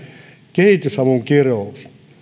kehitysavun kirous